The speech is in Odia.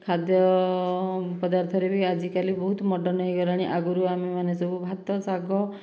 ଖାଦ୍ୟ ପଦାର୍ଥରେ ବି ଆଜିକାଲି ବହୁତ ମଡ଼ର୍ନ ହୋଇଗଲାଣି ଆଗରୁ ଆମେମାନେ ସବୁ ଭାତ ଶାଗ